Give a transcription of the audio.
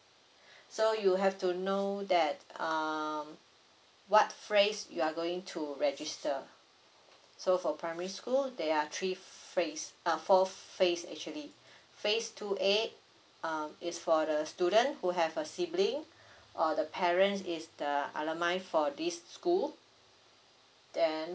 so you have to know that um what phase you are going to register so for primary school there are three phase uh four pahse actually phase two A um it's for the student who have a sibling or the parents is the alumni for this school then